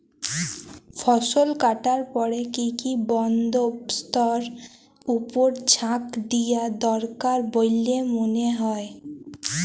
ফসলকাটার পরে কি কি বন্দবস্তের উপর জাঁক দিয়া দরকার বল্যে মনে হয়?